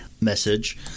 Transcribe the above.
message